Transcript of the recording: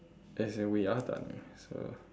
as in we are done so